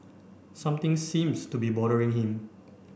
something seems to be bothering him